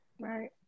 Right